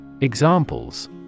Examples